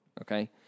okay